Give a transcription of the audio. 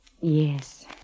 Yes